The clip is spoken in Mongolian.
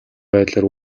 байдлаар